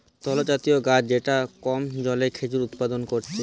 তালজাতীয় গাছ যেটা কম জলে খেজুর উৎপাদন করেটে